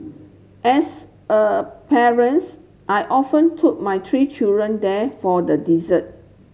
as a parents I often took my three children there for the dessert